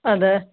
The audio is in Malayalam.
അതെ